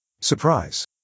Surprise